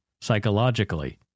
psychologically